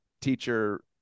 teacher